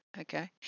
Okay